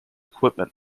equipment